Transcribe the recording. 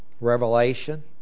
Revelation